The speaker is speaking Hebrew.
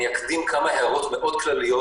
אקדים כמה הערות מאוד כלליות